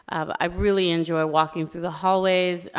i really enjoy walking through the hallways.